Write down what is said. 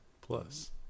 plus